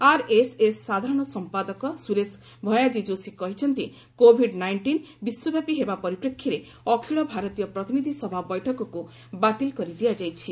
RSS ସାଧାରଣ ସମ୍ପାଦକ ସୁରେଶ ଭୟାଜୀ ଯୋଶୀ କହିଛନ୍ତି କୋଭିଡ ନାଇଷ୍ଟିନ୍ ବିଶ୍ୱବ୍ୟାପୀ ହେବା ପରିପ୍ରେକ୍ଷୀରେ ଅଖଳ ଭାରତୀୟ ପ୍ରତିନିଧି ସଭା ବୈଠକକୁ ବାତିଲ କରିଦିଆଯାଇଛି